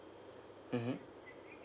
mmhmm